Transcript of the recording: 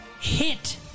hit